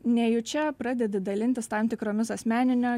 nejučia pradedi dalintis tam tikromis asmeninio